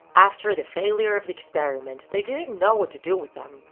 after the failure of the experiment, they didn't know what to do with them.